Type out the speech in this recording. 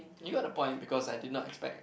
you got the point because I did not expect